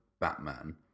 Batman